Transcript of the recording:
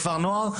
לכפר נוער,